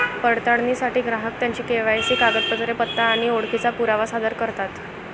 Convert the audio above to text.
पडताळणीसाठी ग्राहक त्यांची के.वाय.सी कागदपत्रे, पत्ता आणि ओळखीचा पुरावा सादर करतात